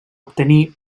obtenir